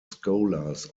scholars